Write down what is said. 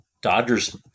Dodgers